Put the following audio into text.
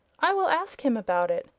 i will ask him about it.